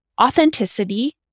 authenticity